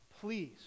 Please